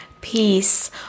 peace